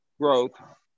growth